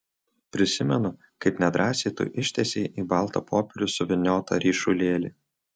prisimenu kaip nedrąsiai tu ištiesei į baltą popierių suvyniotą ryšulėlį